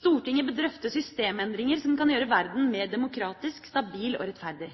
Stortinget bør drøfte systemendringer som kan gjøre verden mer demokratisk, stabil og rettferdig.